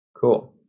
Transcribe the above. Cool